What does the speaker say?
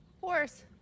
Horse